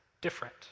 different